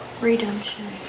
Redemption